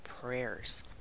prayers